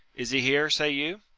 is he here, say you?